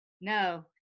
No